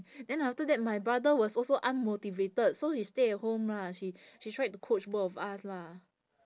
then after that my brother was also unmotivated so she stay at home lah she she tried to coach both of us lah